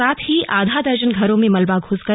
साथ ही आधा दर्जन घरों में मलबा घुस गया